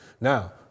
Now